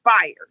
fired